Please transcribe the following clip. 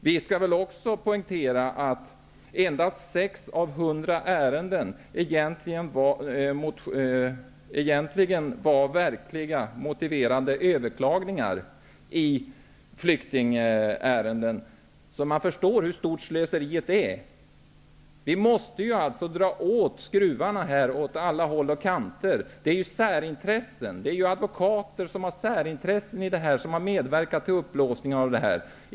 Jag skall också poängtera att endast 6 av 100 överklaganden från flyktingar var motiverade. Man förstår hur stort slöseriet är. Vi måste dra åt skruvarna på alla håll och kanter. Det är advokater som har särintressen i verksamheten som har medverkat till uppblåsningen av den.